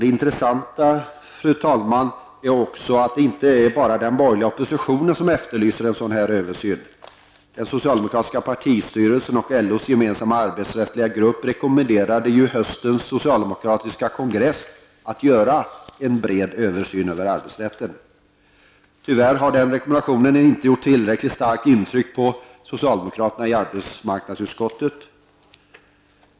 Det intressanta, fru talman, är att det inte bara är den borgerliga oppositionen som efterlyser en sådan här översyn. Den socialdemokratiska partistyrelsen och LOs gemensamma arbetsrättsliga grupp rekommenderade ju höstens socialdemokratiska kongress att göra en bred översyn av arbetsrätten. Tyvärr har den rekommendationen inte gjort tillräckligt starkt intryck på socialdemokraterna i arbetsmarknadsutskottet.